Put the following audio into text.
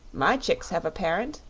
my chicks have a parent,